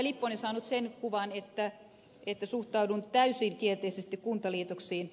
lipponen saanut sen kuvan että suhtaudun täysin kielteisesti kuntaliitoksiin